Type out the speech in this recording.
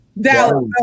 Dallas